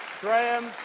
Graham